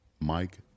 Mike